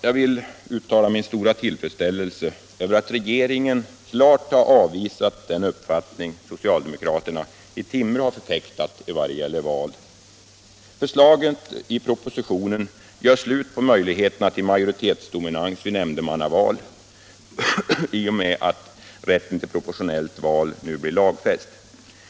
Jag vill uttala min stora tillfredsställelse över att regeringen klart avvisat den uppfattning som socialdemokraterna i Timrå har förfäktat när det gäller val av nämndemän. Förslaget i propositionen gör slut på möjligheterna till majoritetsdominans vid nämndemannavalen i och med att rätt till proportionellt val nu blir lagfäst.